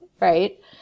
right